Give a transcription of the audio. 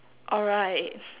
alright